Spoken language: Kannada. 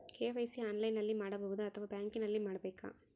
ಕೆ.ವೈ.ಸಿ ಆನ್ಲೈನಲ್ಲಿ ಮಾಡಬಹುದಾ ಅಥವಾ ಬ್ಯಾಂಕಿನಲ್ಲಿ ಮಾಡ್ಬೇಕಾ?